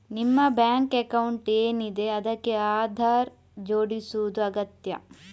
ನಿಮ್ಮ bank account ಏನಿದೆ ಅದಕ್ಕೆ ಆಧಾರ್ ಜೋಡಿಸುದು ಅಗತ್ಯ